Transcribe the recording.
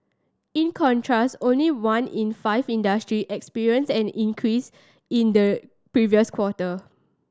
in contrast only one in five industry experienced an increase in the previous quarter